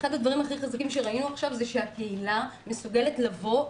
אחד הדברים הכי חזקים שראינו עכשיו זה שהקהילה מסוגלת לבוא,